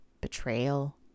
Betrayal